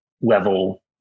level